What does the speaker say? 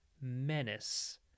menace